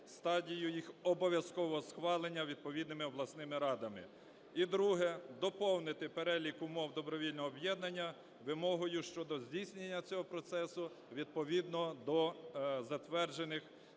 стадію їх обов'язкового схвалення відповідними обласними радами. І друге: доповнити перелік умов добровільного об'єднання вимогою щодо здійснення цього процесу відповідно до затверджених